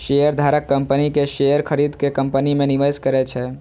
शेयरधारक कंपनी के शेयर खरीद के कंपनी मे निवेश करै छै